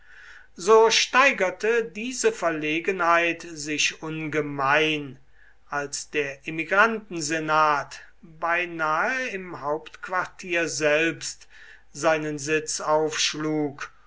so steigerte diese verlegenheit sich ungemein als der emigrantensenat beinahe im hauptquartier selbst seinen sitz aufschlug